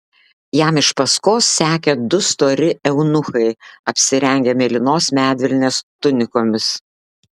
jam iš paskos sekė du stori eunuchai apsirengę mėlynos medvilnės tunikomis